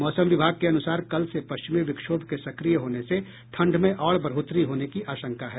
मौसम विभाग के अनुसार कल से पश्चिमी विक्षोभ के सक्रिय होने से ठंड में और बढ़ोतरी होने की आशंका है